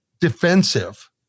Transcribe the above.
defensive